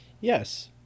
Yes